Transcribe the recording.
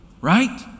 Right